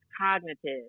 cognitive